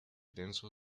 denso